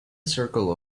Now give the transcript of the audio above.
circle